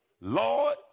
Lord